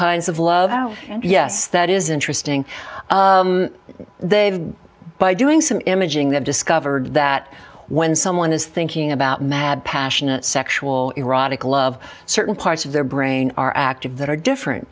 kinds of love out and yes that is interesting but doing some imaging they've discovered that when someone is thinking about mad passionate sexual erotic love certain parts of their brain are active that are different